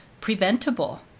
preventable